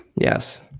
Yes